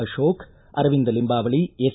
Ashok Aravind Limbavali S